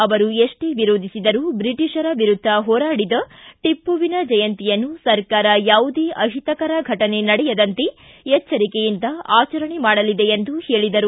ಅವರು ಎಷ್ಟೇ ವಿರೋಧಿಸಿದರೂ ಬ್ರಿಟಿಷರ ವಿರುದ್ದ ಹೋರಾಡಿದ ಟಿಪ್ಪುವಿನ ಜಯಂತಿಯನ್ನು ಸರಕಾರ ಯಾವುದೇ ಅಹಿತಕರ ಘಟನೆ ನಡೆಯದಂತೆ ಎಚ್ಚರಿಕೆಯಿಂದ ಆಚರಣೆ ಮಾಡಲಿದೆ ಎಂದರು